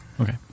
Okay